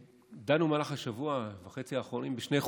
דנו במהלך השבוע וחצי האחרונים בשני חוקים: